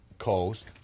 Coast